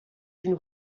une